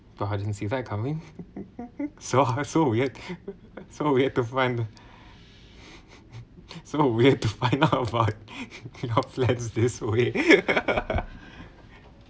but I didn't see that coming so high so weird so weird to find so weird to find out about your plan this way